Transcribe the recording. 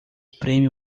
prêmio